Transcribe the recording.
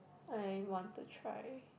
I want to try